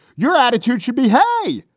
your attitude should be high.